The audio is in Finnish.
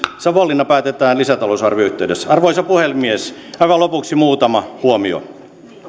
savonlinna päätetään lisätalousarvion yhteydessä arvoisa puhemies aivan lopuksi muutama huomio